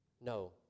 No